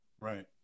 Right